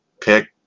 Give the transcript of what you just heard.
pick